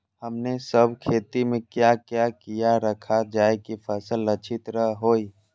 हमने सब खेती में क्या क्या किया रखा जाए की फसल अच्छी तरह होई?